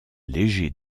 léger